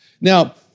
Now